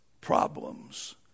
problems